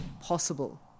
possible